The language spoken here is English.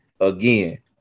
again